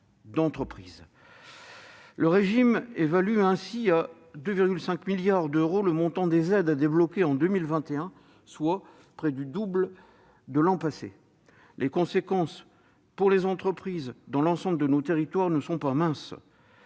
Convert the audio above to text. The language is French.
Le régime évalue ainsi à 2,5 milliards d'euros le montant des aides à débloquer en 2021, soit près du double de l'an passé. Les conséquences pour l'ensemble de nos territoires ne sont pas minces,